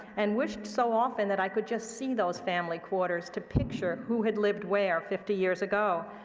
and wished so often that i could just see those family quarters, to picture who had lived where fifty years ago.